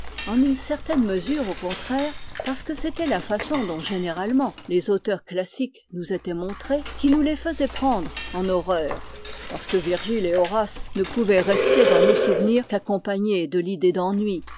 en une certaine mesure au contraire parce que c'était la façon dont généralement les auteurs classiques nous étaient montrés qui nous les faisait prendre en horreur parce que virgile et horace ne pouvaient rester dans nos souvenirs qu'accompagnés de l'idée d'ennui